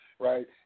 Right